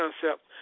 concept